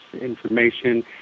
information